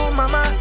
mama